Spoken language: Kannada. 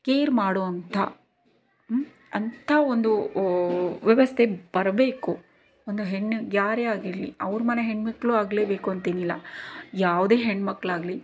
ಕೇರ್ ಮಾಡೋಂಥ ಅಂತಹ ಒಂದು ವ ವ್ಯವಸ್ಥೆ ಬರಬೇಕು ಒಂದು ಹೆಣ್ಣು ಯಾರೇ ಆಗಿರಲಿ ಅವರ ಮನೆ ಹೆಣ್ಮಕ್ಕಳು ಆಗಲೇಬೇಕು ಅಂತೇನಿಲ್ಲ ಯಾವುದೇ ಹೆಣ್ಮಕ್ಕಳಾಗಲಿ